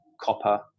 copper